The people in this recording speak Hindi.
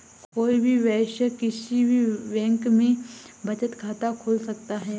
कोई भी वयस्क किसी भी बैंक में बचत खाता खोल सकता हैं